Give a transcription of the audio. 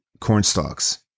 cornstalks